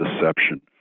deception